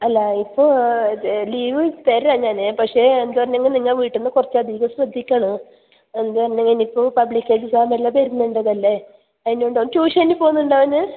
അല്ല ഇപ്പോൾ ലീവ് തരാം ഞാൻ പക്ഷേ എന്താണെങ്കിലും നിങ്ങൾ വീട്ടിൽ നിന്ന് കുറച്ച് അധികം ശ്രദ്ധിക്കണം എന്ത് പറഞ്ഞതിനിപ്പോൾ പബ്ലിക് എക്സാം എല്ലാം വരുന്നുണ്ടതല്ലേ അതിനുണ്ടോ ട്യൂഷന് പോവുന്നുണ്ടോ ഓൻ